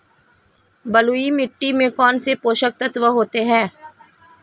बलुई मिट्टी में कौनसे पोषक तत्व होते हैं?